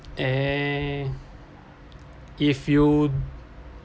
eh if you